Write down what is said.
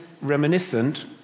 reminiscent